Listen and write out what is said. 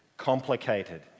Complicated